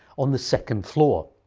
on the second floor.